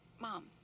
mom